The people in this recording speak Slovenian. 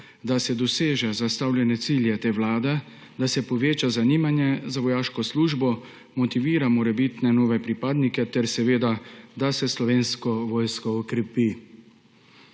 da se doseže zastavljene cilje te vlade, da se poveča zanimanje za vojaško službo, motivira morebitne nove pripadnike ter seveda da se Slovensko vojsko okrepi.